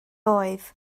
oedd